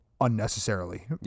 unnecessarily